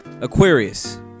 Aquarius